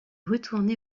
retournée